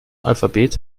alphabet